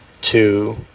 two